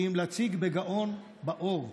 כי אם להציג בגאון באור.